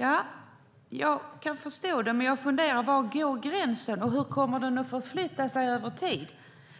Ja, jag kan förstå det, men jag funderar: Var går gränsen, och hur kommer den att förflytta sig över tid?